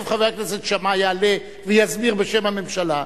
ותיכף חבר הכנסת שאמה יעלה ויסביר בשם הממשלה,